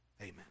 amen